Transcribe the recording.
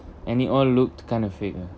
and it all looked kind of fake ah